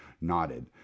nodded